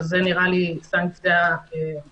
שזו נראית לי סנקציה מאוד בעייתית.